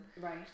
Right